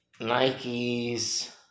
Nike's